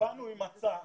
באנו עם הצעה,